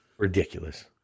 Ridiculous